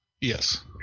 Yes